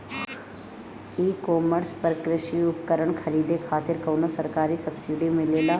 ई कॉमर्स पर कृषी उपकरण खरीदे खातिर कउनो सरकारी सब्सीडी मिलेला?